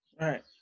Right